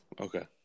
Okay